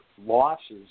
losses